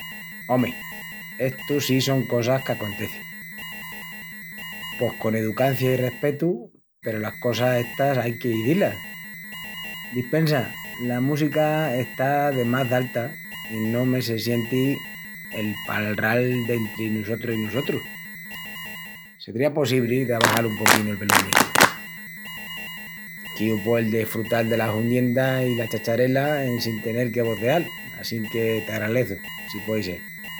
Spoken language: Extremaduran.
Ome, estu sí son cosas qu'acontecin. Pos con educancia i respetu peru las cosas estas ai qu'izí-las:: "Dispensa, la música está de más d'alta i no me se sienti'l palral dentri nusotrus i nusotrus. Sedría possibri d'abaxal un poquinu el velumi? Quiu poel desfrutal dela hundienda i la chacharela en sin tenel que vozeal assinque t'agraleçu si puei sel".